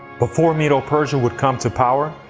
before medo-persia would come to power,